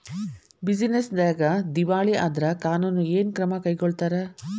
Business ನ್ಯಾಗ ದಿವಾಳಿ ಆದ್ರ ಕಾನೂನು ಏನ ಕ್ರಮಾ ಕೈಗೊಳ್ತಾರ?